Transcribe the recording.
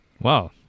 Wow